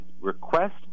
request